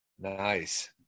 nice